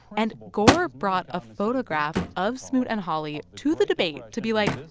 and gore brought a photograph of smoot and hawley to the debate to be, like,